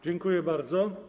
Dziękuję bardzo.